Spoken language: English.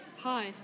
Hi